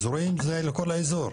אזורים זה לכל האזור,